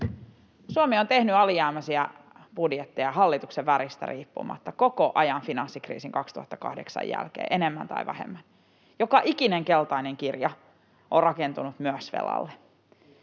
Suomi on tehnyt alijäämäisiä budjetteja hallituksen väristä riippumatta koko ajan vuoden 2008 finanssikriisin jälkeen, enemmän tai vähemmän. Joka ikinen keltainen kirja on rakentunut myös velalle.